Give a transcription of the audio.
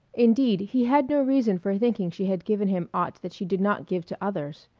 indeed he had no reason for thinking she had given him aught that she did not give to others.